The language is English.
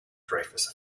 dreyfus